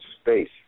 space